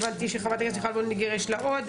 הבנתי שחברת הכנסת מיכל וולדיגר יש לה עוד,